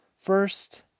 first